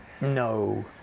No